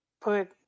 put